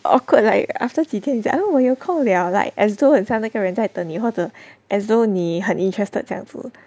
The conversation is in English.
awkward like after 几天你讲 oh 我有空了 like as though as 那个人很像在等你或者 as though 你很 interested 这样子